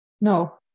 no